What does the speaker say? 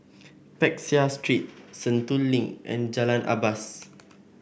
Peck Seah Street Sentul Link and Jalan Asas